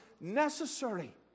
necessary